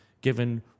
given